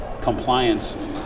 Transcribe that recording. compliance